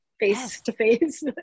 face-to-face